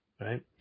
Right